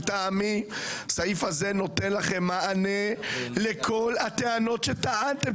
לטעמי הסעיף הזה נותן לכם מענה לכל הטענות שטענתם.